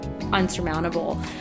unsurmountable